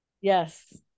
Yes